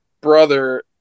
brother